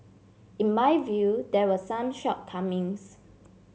in my view there were some shortcomings